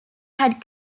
had